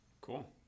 Cool